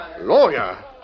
Lawyer